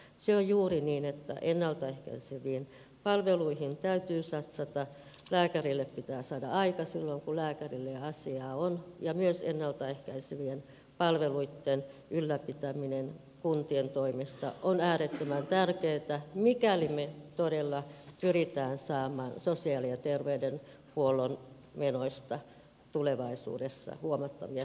se on juuri niin että ennalta ehkäiseviin palveluihin täytyy satsata lääkärille pitää saada aika silloin kun lääkärille asiaa on ja myös ennalta ehkäisevien palveluitten ylläpitäminen kuntien toimesta on äärettömän tärkeätä mikäli me todella pyrimme saamaan sosiaali ja terveydenhuollon menoista tulevaisuudessa huomattavia säästöjä